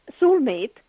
soulmate